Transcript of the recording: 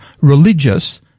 religious